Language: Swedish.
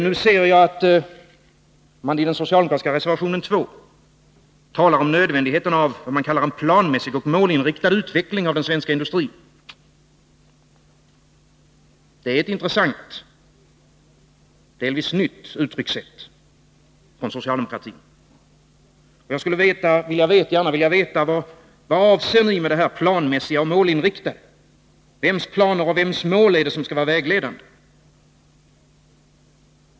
Nu ser jag att man i den socialdemokratiska reservationen 2 talar om nödvändigheten av vad man kallar en planmässig och målinriktad utveckling av svensk industri. Det är ett intressant, delvis nytt uttryckssätt från socialdemokratin. Jag skulle gärna vilja veta vad man avser med planmässig och målinriktad. Vems planer och vems mål är det som skall vara vägledande?